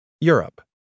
Europe